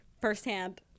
firsthand